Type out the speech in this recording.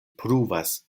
pruvas